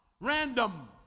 random